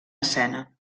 escena